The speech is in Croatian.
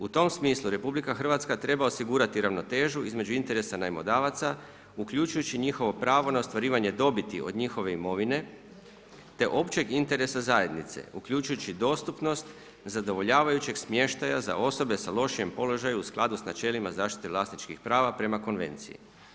U tom smislu RH treba osigurati ravnotežu između interesa najmodavaca uključujući njihovo pravo na ostvarivanje dobiti od njihove imovine te općeg interesa zajednice uključujući dostupnost zadovoljavajućeg smještaja za osobe u lošijem položaju u skladu sa načelima zaštite vlasničkih prava prema konvenciji.